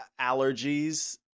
allergies